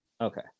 Okay